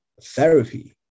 therapy